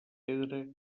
pedra